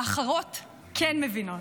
ואחרות כן מבינות.